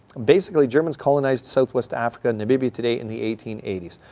basically germans colonized south west africa, namibia today, in the eighteen eighty s.